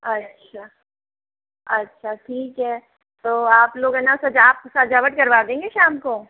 अच्छा अच्छा ठीक है तो आप लोग है न सजा आप सजावट करवा देंगे शाम को